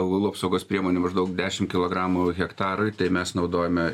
augalų apsaugos priemonių maždaug dešim kilogramų hektarui tai mes naudojame